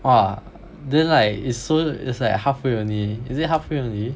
!wah! then like it's so it's like halfway only is it halfway only